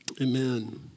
Amen